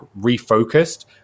refocused